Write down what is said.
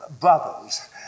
brothers